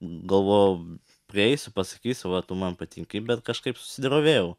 galvojau prieisiu pasakysiu va tu man patinki bet kažkaip susidrovėjau